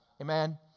Amen